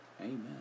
Amen